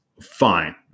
Fine